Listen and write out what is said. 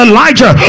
Elijah